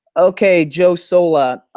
okay, joe sola